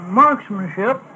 marksmanship